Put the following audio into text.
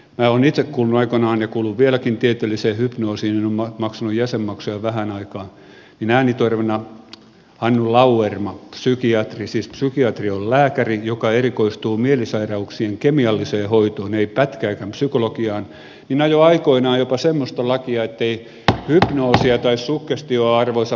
minä olen itse kuulunut aikoinaan ja kuulun vieläkin tieteelliseen hypnoosiin en ole maksanut jäsenmaksuja vähään aikaan ja äänitorvena hannu lauerma psykiatri siis psykiatri on lääkäri joka erikoistuu mielisairauksien kemialliseen hoitoon ei pätkääkään psykologiaan ajoi aikoinaan jopa semmoista lakia ettei hypnoosia tai suggestiota